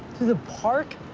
through the park?